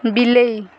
ବିଲେଇ